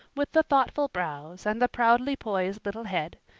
with the thoughtful brows and the proudly poised little head,